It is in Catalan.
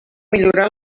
millorar